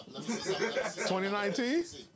2019